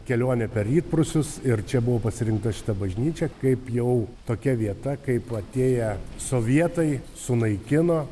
kelionė per rytprūsius ir čia buvo pasirinkta šita bažnyčia kaip jau tokia vieta kaip atėję sovietai sunaikino